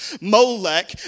Molech